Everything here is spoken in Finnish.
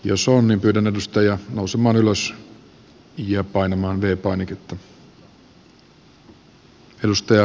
jos on niin pyydän edustajia nousemaan ylös ja painamaan v painiketta